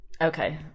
Okay